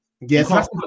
Yes